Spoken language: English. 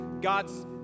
God's